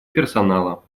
персонала